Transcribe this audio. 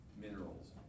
minerals